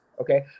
okay